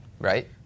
right